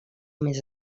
més